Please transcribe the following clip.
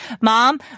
Mom